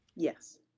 Yes